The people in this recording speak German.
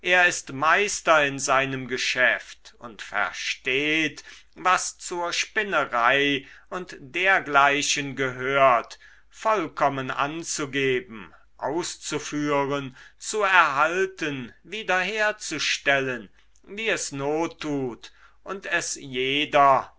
er ist meister in seinem geschäft und versteht was zur spinnerei und weberei und dergleichen gehört vollkommen anzugeben auszuführen zu erhalten wiederherzustellen wie es not tut und es jeder